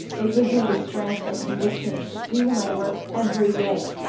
it gives me the strength and conviction to do my work every day.